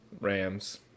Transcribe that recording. Rams